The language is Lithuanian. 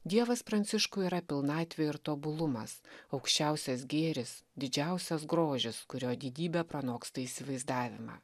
dievas pranciškui yra pilnatvę ir tobulumas aukščiausias gėris didžiausias grožis kurio didybė pranoksta įsivaizdavimą